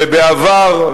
ובעבר,